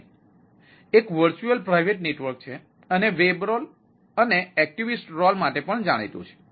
VNet એક virtual private network છે અને વેબ રોલ અને એક્ટિવિસ્ટ રોલ માટે પણ જાણીતું છે